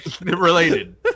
related